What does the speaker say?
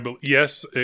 Yes